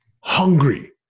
hungry